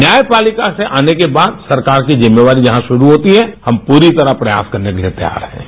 न्यायपालिका से आने के बाद सरकार की जिम्मेवारी जहां शुरू होती है हम पूरी तरह से प्रयास करने के लिए तैयार हैं